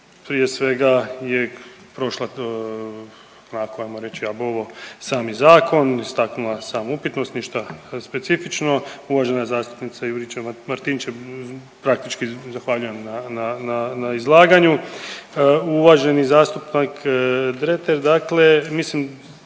se ne razumije/…sami zakon, istaknula samu upitnost, ništa specifično. Uvažena zastupnica Juričev-Martinčev, praktički zahvaljujem na, na, na, na izlaganju. Uvaženi zastupnik Dreter dakle mislim